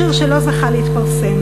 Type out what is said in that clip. שיר שלא זכה להתפרסם.